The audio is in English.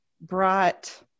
brought